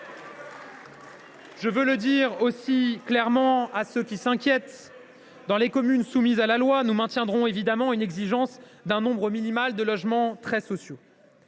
Je veux le dire clairement à ceux qui s’inquiètent : dans les communes soumises à loi, nous maintiendrons évidemment une exigence quant au nombre minimal de logements très sociaux.